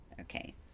Okay